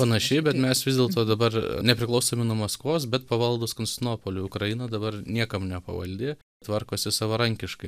panaši bet mes vis dėlto dabar nepriklausomi nuo maskvos bet pavaldūs konstantinopoliui ukraina dabar niekam nepavaldi tvarkosi savarankiškai